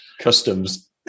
customs